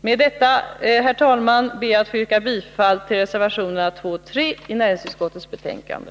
Med detta, herr talman, ber jag att få yrka bifall till reservationerna 2 och 3 i näringsutskottets betänkande.